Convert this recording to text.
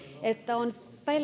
että on